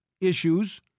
issues